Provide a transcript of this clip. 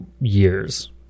Years